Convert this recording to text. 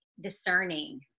discerning